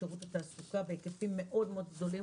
שירות התעסוקה בהיקפים מאוד מאוד גדולים,